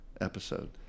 episode